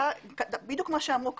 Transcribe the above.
בדיוק כמו שאמרנו כאן.